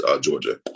georgia